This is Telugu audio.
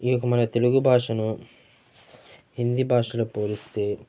ఈ యొక్క మన తెలుగు భాషను హిందీ భాషలో పోలిస్తే